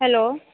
hello